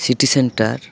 city centre